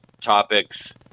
topics